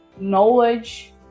knowledge